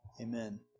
Amen